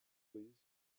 please